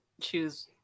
choose